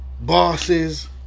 bosses